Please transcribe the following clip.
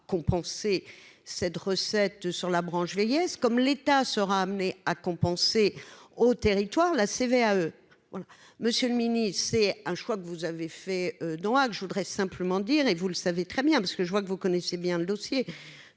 compenser cette recette sur la branche vieillesse comme l'État sera amené à compenser au territoire la CVAE voilà monsieur le mini, c'est un choix que vous avez fait droit, que je voudrais simplement dire et vous le savez très bien, parce que je vois que vous connaissez bien le dossier,